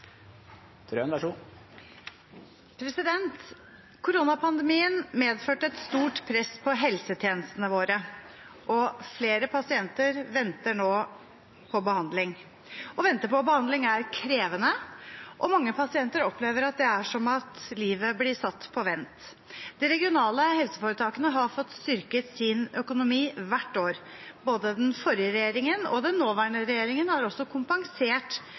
medførte et stort press på helsetjenestene våre, og flere pasienter venter nå på behandling. Å vente på behandling er krevende, og mange pasienter opplever at det er som om livet blir satt på vent. De regionale helseforetakene har fått styrket sin økonomi hvert år. Både den forrige regjeringen og også den nåværende regjeringen har kompensert